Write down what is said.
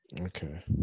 okay